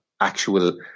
actual